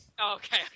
Okay